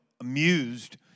amused